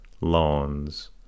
lawns